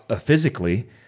physically